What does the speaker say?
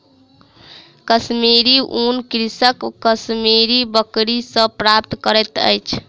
कश्मीरी ऊन कृषक कश्मीरी बकरी सॅ प्राप्त करैत अछि